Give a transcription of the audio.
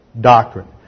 doctrine